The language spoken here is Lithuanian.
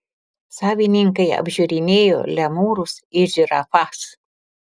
savininkai apžiūrinėjo lemūrus ir žirafas